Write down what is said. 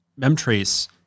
MemTrace